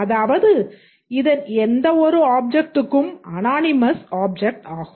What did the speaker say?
அதாவது இதன் எந்தவொரு அப்ஜெக்ட்டும் அனானிமஸ் ஆப்ஜெக்ட் ஆகும்